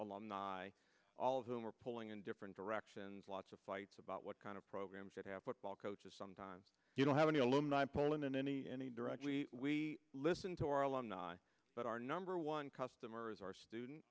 alumni all of whom are pulling in different directions lots of fights about what kind of programs that have what ball coaches sometimes you don't have any alumni pulling in any any direct we listen to our alumni but our number one customer is our student